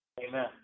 Amen